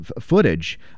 footage